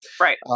Right